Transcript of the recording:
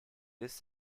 this